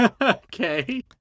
Okay